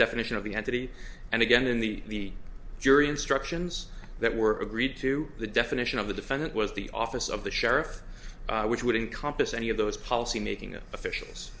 definition of the entity and again in the jury instructions that were agreed to the definition of the defendant was the office of the sheriff which would encompass any of those policymaking officials